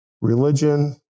Religion